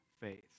faith